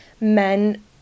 Men